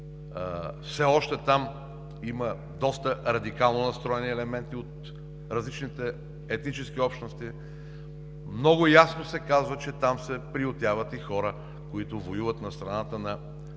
Все още там има доста радикално настроени елементи от различните етнически общности. Много ясно се казва, че там се приютяват и хора, които воюват на страната на